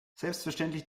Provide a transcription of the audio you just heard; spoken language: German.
selbstverständlich